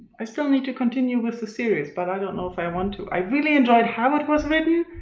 i still need to continue with the series but i don't know if i want to. i really enjoyed how it was written,